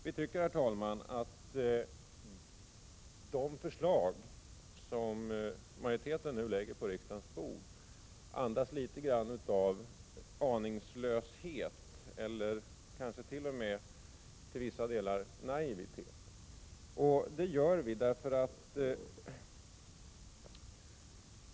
Vi tycker, herr talman, att de förslag som majoriteten nu lägger på riksdagens bord andas litet aningslöshet, kanske t.o.m. naivitet i vissa delar.